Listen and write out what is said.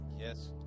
Yes